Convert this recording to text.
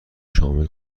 شامل